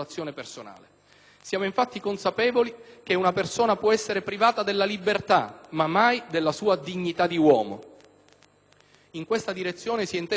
Siamo infatti consapevoli che una persona può essere privata della libertà, ma mai della sua dignità di uomo. In questa direzione si è inteso dare priorità